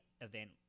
event